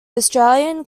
australian